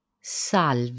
Salve